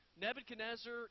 Nebuchadnezzar